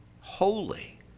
Holy